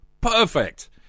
Perfect